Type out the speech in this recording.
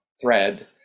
thread